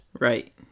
right